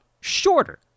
shorter